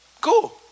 cool